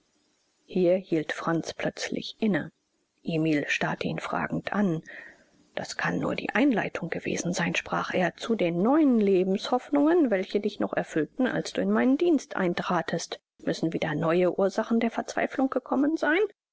hier hielt franz plötzlich inne emil starrte ihn fragend an das kann nur die einleitung gewesen sein sprach er zu den neuen lebenshoffnungen welche dich noch erfüllten als du in meinen dienst eintratest müssen wieder neue ursachen der verzweiflung gekommen sein